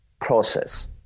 process